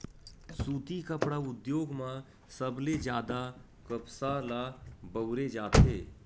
सुती कपड़ा उद्योग म सबले जादा कपसा ल बउरे जाथे